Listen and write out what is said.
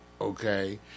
okay